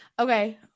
Okay